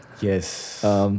Yes